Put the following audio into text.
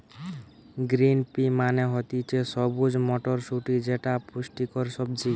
green pea মানে হতিছে সবুজ মটরশুটি যেটা পুষ্টিকর সবজি